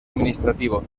administrativo